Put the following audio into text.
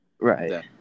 Right